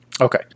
okay